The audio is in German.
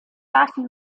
waffen